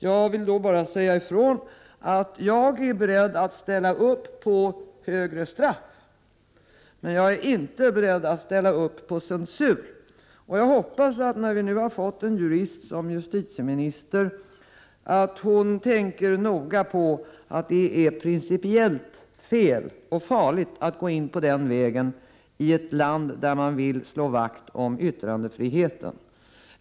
Jag är beredd att ställa upp på kravet på högre straff, men jag är inte beredd att ställa upp på censur. När vi nu har fått en jurist som justitieminister, hoppas jag att hon tänker noga på att det principiellt är fel och farligt att gå in på den vägen i ett land, där man vill slå vakt om yttrandefriheten.